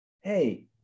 hey